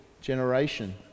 generation